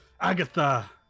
Agatha